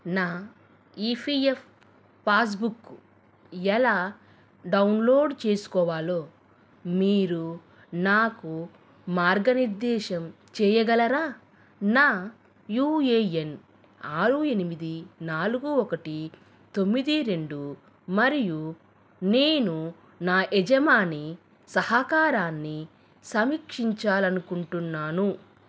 నా EPF passbook ఎలా download చేసుకోవాలో మీరు నాకు మార్గనిర్దేశం చేయగలరా నా యూఏఎన్ ఆరు ఎనిమిది నాలుగు ఒకటి తొమ్మది రెండు మరియు నేను నా యజమాని సహకారాన్ని సమీక్షించాలి అనుకుంటున్నాను